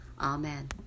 Amen